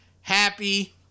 Happy